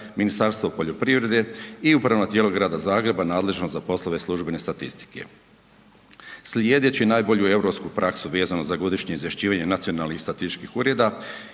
Ministarstvo poljoprivrede i upravno tijelo grada Zagreba nadležno za poslove služben statistike. Slijedeći najbolju europsku praksu vezano za godišnje izvješćivanje nacionalnih statističkih ureda,